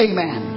Amen